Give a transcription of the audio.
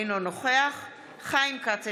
אינו נוכח חיים כץ,